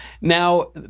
Now